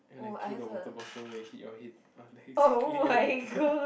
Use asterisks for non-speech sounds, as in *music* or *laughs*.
and I threw the water bottle and hit your head on exactly *laughs*